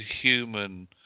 human